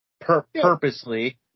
purposely